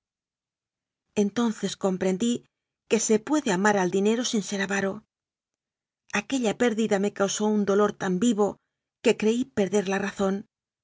entonces comprendí que se puede amar al dine ro sin ser avaro aquella pérdida me causó un do lor tan vivo que creí perder la razón